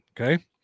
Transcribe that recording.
okay